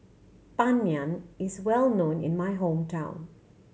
Ban Mian is well known in my hometown